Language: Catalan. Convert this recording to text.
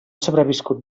sobreviscut